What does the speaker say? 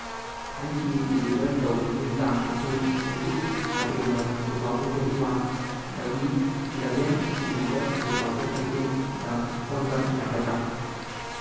ꯑꯩꯒꯤ ꯗꯤꯂꯤꯚꯔ ꯇꯧꯕꯒꯤ ꯇꯥꯡ ꯑꯗꯨ twenty six November two thousand twenty ꯋꯥꯟꯗꯒꯤ ꯏꯂꯚꯦꯟ ꯗꯤꯁꯦꯝꯕꯔ ꯇꯨ ꯊꯥꯎꯖꯟ ꯑꯥꯏꯇꯤꯟꯗ ꯑꯣꯟꯕ ꯌꯥꯒꯗ꯭ꯔꯥ